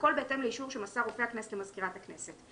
והכול בהתאם לאישור שמסר רופא הכנסת למזכירת הכנסת.